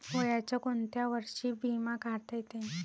वयाच्या कोंत्या वर्षी बिमा काढता येते?